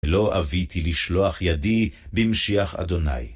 לא אביתי לשלוח ידי במשיח אדוני.